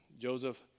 Joseph